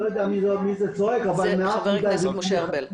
אני לא יודע מי צועק -- זה חבר הכנסת משה ארבל.